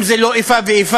אם זה לא איפה ואיפה,